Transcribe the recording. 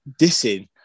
dissing